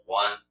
one